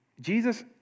Jesus